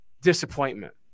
disappointment